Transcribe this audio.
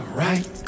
right